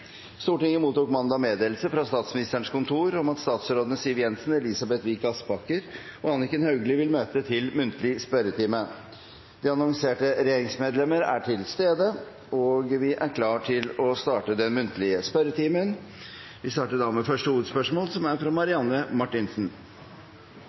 Stortinget mottok mandag meddelelse fra Statsministerens kontor om at statsrådene Siv Jensen, Elisabeth Vik Aspaker og Anniken Hauglie vil møte til muntlig spørretime. De annonserte regjeringsmedlemmer er til stede, og vi er klare til å starte den muntlige spørretimen. Vi starter da med første hovedspørsmål, fra